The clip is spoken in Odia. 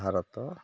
ଭାରତ